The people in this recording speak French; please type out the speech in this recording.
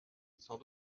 sans